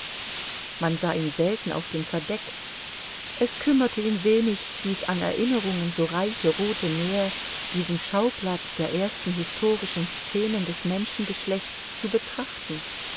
man sah ihn selten auf dem verdeck es kümmerte ihn wenig dies an erinnerungen so reiche rothe meer diesen schauplatz der ersten historischen scenen des menschengeschlechts zu betrachten